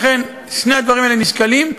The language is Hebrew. לכן שני הדברים האלה נשקלים.